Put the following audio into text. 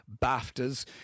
BAFTAs